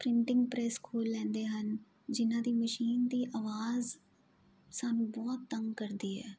printing press ਖੋਲ ਲੈਂਦੇ ਹਨ ਜਿਹਨਾਂ ਦੀ ਮਸ਼ੀਨ ਦੀ ਆਵਾਜ਼ ਸਾਨੂੰ ਬਹੁਤ ਤੰਗ ਕਰਦੀ ਹੈ